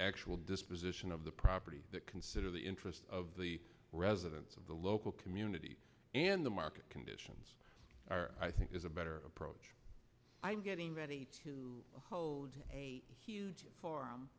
actual disposition of the property to consider the interest of the residents of the local community and the market conditions are i think is a better approach i'm getting ready to hold a